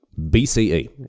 BCE